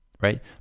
right